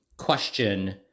Question